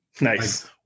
Nice